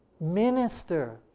minister